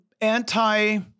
anti